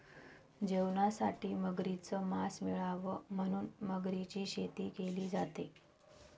जेवणासाठी मगरीच मास मिळाव म्हणून मगरीची शेती केली जाते